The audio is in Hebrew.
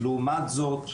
לעומת זאת,